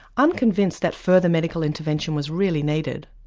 unconvinced that further medical intervention was really needed,